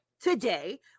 today